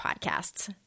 podcasts